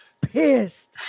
pissed